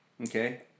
okay